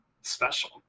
special